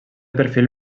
perfil